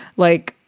like,